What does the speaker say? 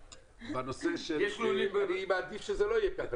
אני מעדיף שזה לא יהיה כך.